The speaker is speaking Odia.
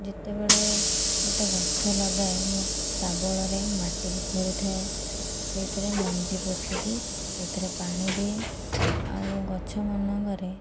ଯେତେବେଳେ ଗୋଟିଏ ଗଛ ଲଗାଏ ମୁଁ ଶାବଳରେ ମାଟିକି ଖୋଳିଥାଏ ସେଇଥିରେ ମଞ୍ଜି ପୋତିକି ସେଇଥିରେ ପାଣି ଦିଏ ଆଉ ଗଛମାନଙ୍କରେ